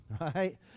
Right